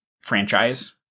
franchise